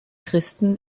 christen